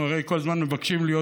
אנחנו הרי כל זמן מבקשים להיות